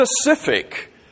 specific